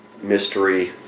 mystery